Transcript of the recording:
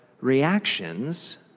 reactions